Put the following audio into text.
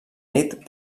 nit